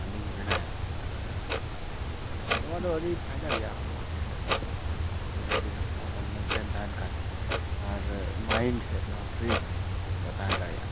ᱚᱱᱟ ᱜᱤᱧ ᱢᱮᱱᱟᱭᱟ ᱟᱨ ᱱᱚᱣᱟ ᱫᱚ ᱟᱹᱰᱤ ᱯᱷᱟᱭᱫᱟ ᱜᱮᱭᱟ ᱦᱚᱲᱢᱚ ᱥᱮᱫ ᱞᱮᱠᱟ ᱛᱮᱦᱚᱸ ᱚᱠᱚᱭ ᱠᱚᱠᱚ ᱫᱤᱱᱟᱹᱢ ᱫᱤᱱ ᱦᱚᱸ ᱥᱮ ᱦᱚᱲᱢᱚ ᱢᱮᱱᱴᱮᱱ ᱛᱟᱦᱮᱱ ᱠᱷᱟᱱ ᱟᱨ ᱢᱟᱭᱤᱱᱰ ᱥᱮᱫ ᱛᱮᱦᱚᱸ ᱯᱷᱨᱮᱥ ᱛᱟᱦᱮᱸ ᱫᱟᱲᱮᱭᱟᱜᱼᱟ